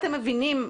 מבינים,